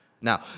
Now